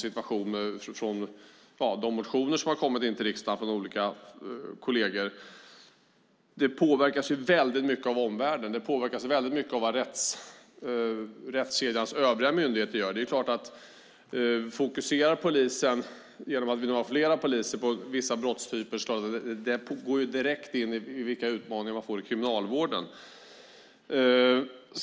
Det har kommit in motioner till riksdagen från olika kolleger. Kriminalvården påverkas väldigt mycket av omvärlden och vad rättskedjans övriga myndigheter gör. Om polisen fokuserar genom att vilja ha fler poliser för vissa brottstyper är det klart att det går direkt in i vilka utmaningar man får hos Kriminalvården.